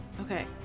Okay